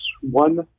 one